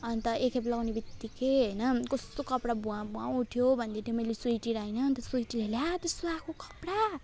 अनि त एकखेप लाउनेबित्तिकै हैन कस्तो कपडा भुवा भुवा उठ्यो भनिदिएको थिएँ मैले स्विटीलाई हैन त्यसपछि उसले आ त्यस्तो आएको कपडा